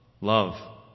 love